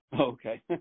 Okay